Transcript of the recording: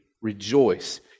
rejoice